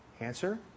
Answer